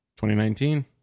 2019